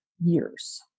years